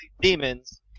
demons